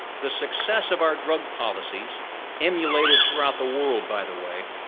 the success of our drug policies emulated throughout the world, by the way,